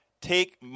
take